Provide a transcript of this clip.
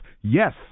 Yes